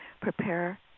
Prepare